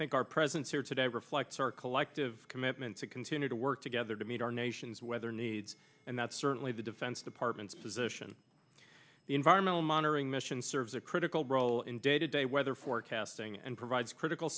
i think our presence here today reflects our collective commitment to continue to work together to meet our nation's weather needs and that's certainly the defense department's position the environmental monitoring mission serves a critical role in day to day weather forecasting and provides critical